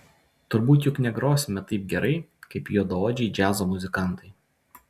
turbūt juk negrosime taip gerai kaip juodaodžiai džiazo muzikantai